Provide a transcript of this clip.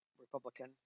Republican